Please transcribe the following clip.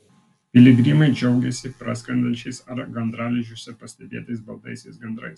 piligrimai džiaugėsi praskrendančiais ar gandralizdžiuose pastebėtais baltaisiais gandrais